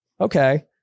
Okay